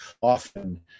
Often